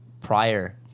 prior